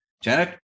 Janet